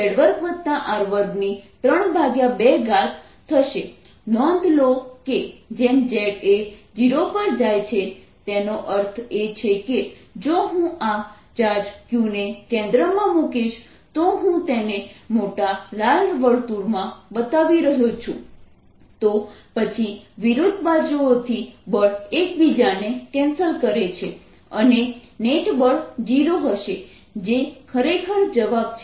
F14π0Q qz2R2zz2R214π0Q q zz2R232 Fnet14π012 Q q zz2R232 નોંધો કે જેમ Z એ 0 પર જાય છે તેનો અર્થ એ છે કે જો હું આ ચાર્જ Q ને કેન્દ્રમાં મૂકીશ તો હું તેને મોટા લાલ વર્તુળમાં બતાવી રહ્યો છું તો પછી વિરુદ્ધ બાજુઓથી બળ એકબીજાને કેન્સલ કરે છે અને નેટ બળ 0 હશે જે ખરેખર જવાબ છે